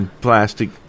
Plastic